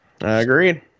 Agreed